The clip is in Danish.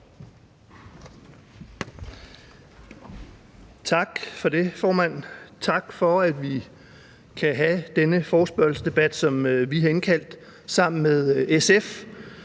Tak for det, formand, og tak for, at vi kan have denne forespørgselsdebat, hvor vi sammen med SF